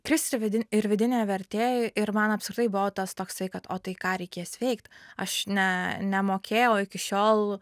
kris ir vidin ir vidinė vertė ir man apskritai buvo tas toksai kad o tai ką reikės veikt aš ne nemokėjau iki šiol